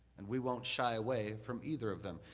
and we don't shy away from either of them.